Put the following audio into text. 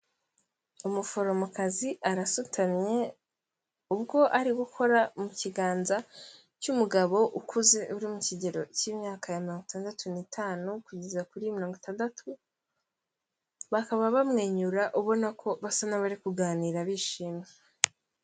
Umuforomokazi arasutamye, ubwo ari gukora mu kiganza cy'umugabo ukuze uri mu kigero cy'imyaka ya mirongo itandatu n'itanu, kugeza kuri itandatu, bakaba bamwenyura ubona ko basa n'abari kuganira bishimye.